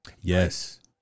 Yes